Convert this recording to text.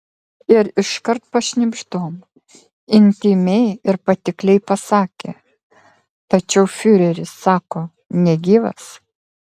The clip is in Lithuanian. ir iškart pašnibždom intymiai ir patikliai pasakė tačiau fiureris sako negyvas